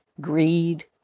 greed